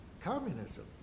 communism